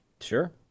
Sure